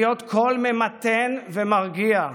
להיות קול ממתן ומרגיע,